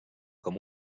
com